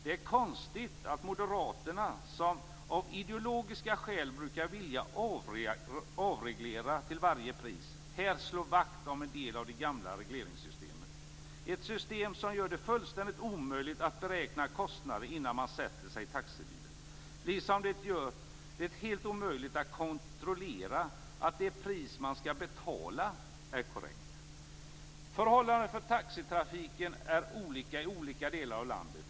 Det är konstigt att moderaterna, som av ideologiska skäl brukar vilja avreglera till varje pris, här slår vakt om en del av det gamla regleringssystemet - ett system som gör det fullständigt omöjligt att beräkna kostnaden innan man sätter sig i taxibilen, liksom det gör det helt omöjligt att kontrollera att det pris som man skall betala är korrekt. Förhållandena för taxitrafiken är olika i olika delar av landet.